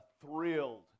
thrilled